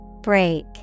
Break